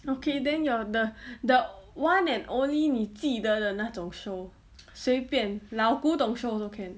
okay then your the the one and only 你记得的那种 show 随便老古董 show also can